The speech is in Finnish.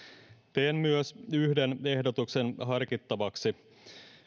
teen myös yhden ehdotuksen harkittavaksi